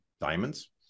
diamonds